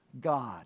God